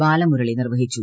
ബാലമുരളി നിർവഹിച്ചു